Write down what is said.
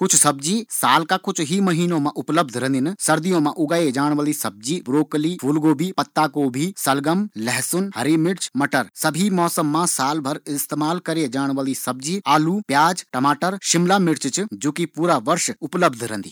कुछ सब्जी साल का कुछ ही महीनों मा उपलब्ध रंदिन, गोभी मटर पत्ता गोभी सलगम, सभी मौसम मा इस्तेमाल करए जाण वाली सब्जी आलू प्याज लहसुन शिमला मिर्च छन।